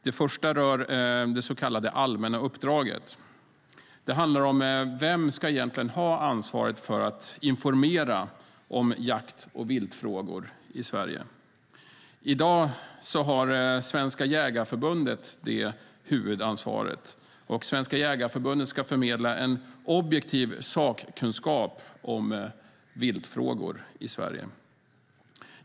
Den första rör det så kallade allmänna uppdraget. Det handlar om vem som egentligen ska ha ansvaret för att informera om jakt och viltfrågor i Sverige. I dag har Svenska Jägareförbundet detta huvudansvar. Förbundet ska förmedla en objektiv sakkunskap om viltfrågor i Sverige.